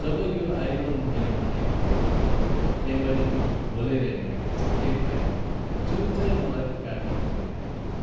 जब यो आइरन मेरोमा आइपुग्यो त्यहाँदेखि मैले त्यो खोलेर हेर्दाखेरि चाहिँ के पाएँ भनेदेखिलाई जुन चाहिँ मलाई त्यो क्याटलकमा देखाएको थियो